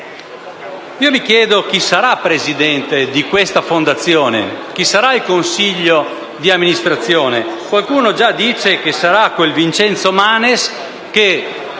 Mi chiedo chi sarà il presidente di questa fondazione, chi comporrà il consiglio di amministrazione. Qualcuno già dice che ci sarà quel Vincenzo Manes che